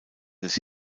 des